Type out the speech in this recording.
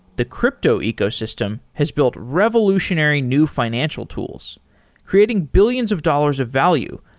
the crypto ecosystem has built revolutionary new financial tools creating billions of dollars of value,